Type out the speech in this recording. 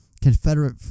Confederate